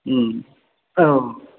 औ